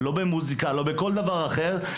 לא במוזיקה ולא בכל דבר אחר,